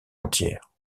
entière